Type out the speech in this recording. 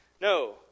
No